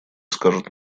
скажут